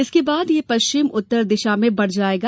इसके बाद यह पश्चिम उत्तर दिशा में बढ़ जायेगा